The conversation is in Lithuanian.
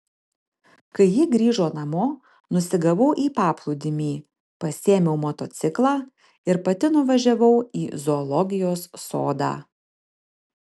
kai ji grįžo namo nusigavau į paplūdimį pasiėmiau motociklą ir pati nuvažiavau į zoologijos sodą